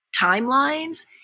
timelines